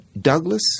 Douglas